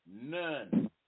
None